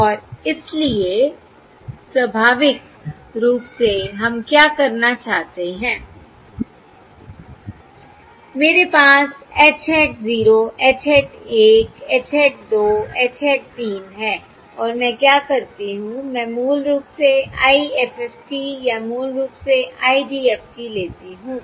और इसलिए स्वाभाविक रूप से हम क्या करना चाहते हैं मेरे पास H hat 0 H hat 1 H hat 2 H hat 3 है और मैं क्या करती हूं मैं मूल रूप से IFFT या मूल रूप से IDFT लेती हूं